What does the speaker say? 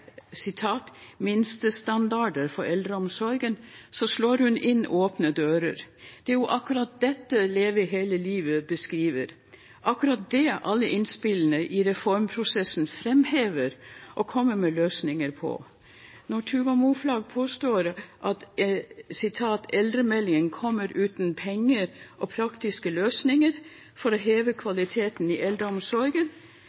for eldreomsorgen», slår hun inn åpne dører. Det er jo akkurat dette Leve hele livet beskriver, akkurat det alle innspillene i reformprosessen framhever og kommer med løsninger på. Når Tuva Moflag påstår at «eldremeldingen kommer uten penger og praktiske løsninger for å heve